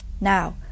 Now